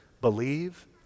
Believe